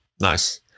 Nice